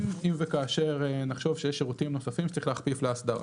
אם וכאשר נחשוב שיש שירותים נוספים שצריך להכניס לאסדרה.